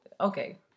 okay